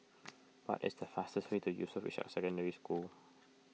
what is the fastest way to Yusof Ishak Secondary School